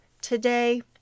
today